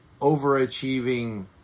overachieving